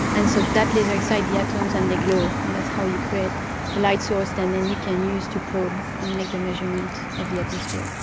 and so that laser excites the atoms and they glow, and that's how you create a light source, and then you can use to probe and make the measurement of the atmosphere.